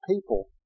people